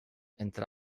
entre